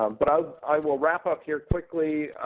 um but ah um i will wrap up here quickly.